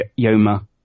yoma